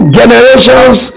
generations